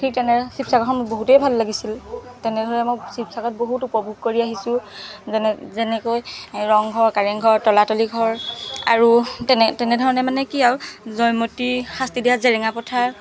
ঠিক তেনেদৰে শিবসাগৰখন বহুতেই ভাল লাগিছিল তেনেদৰে মোক শিবসাগৰত বহুত উপভোগ কৰি আহিছো যেন যেনেকৈ ৰংঘৰ কাৰেংঘৰ তলাতলি ঘৰ আৰু তেনে তেনেধৰণে মানে কি আৰু জয়মতী শাস্তি দিয়া জেৰেঙা পথাৰ